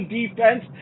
defense